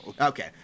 Okay